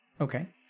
Okay